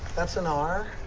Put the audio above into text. that's an r.